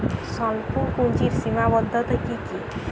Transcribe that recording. স্বল্পপুঁজির সীমাবদ্ধতা কী কী?